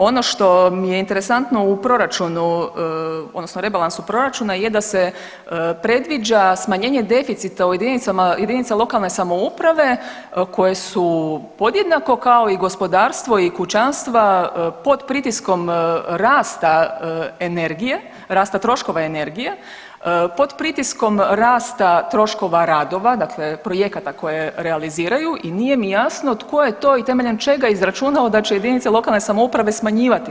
Ono što mi je interesantno u proračunu odnosno rebalansu proračuna je da se predviđa smanjenje deficita u jedinice lokalne samouprave koje su podjednako kao i gospodarstvo i kućanstva pod pritiskom rasta energije, rasta troškova energije, pod pritiskom rasta troškova radova, dakle projekata koje realiziraju i nije mi jasno tko je to i temeljem čega izračunao da će jedinice lokalne samouprave smanjivati svoj deficit.